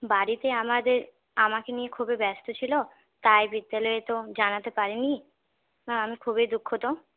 বাড়িতে আমাদের আমাকে নিয়ে খুবই ব্যস্ত ছিল তাই বিদ্যালয়ে তো জানাতে পারেনি ম্যাম আমি খুবই দুঃখিত